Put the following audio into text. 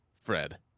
Fred